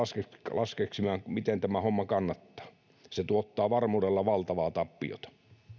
laskeksimaan miten tämä homma kannattaa se tuottaa varmuudella valtavaa tappiota